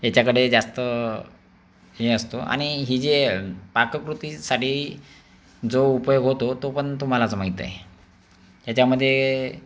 ह्याच्याकडे जास्त हे असतो आणि ही जे पाककृतीसाठी सारी जो उपयोग होतो तो पण तुम्हालाच माहीत आहे याच्यामध्ये